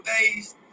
days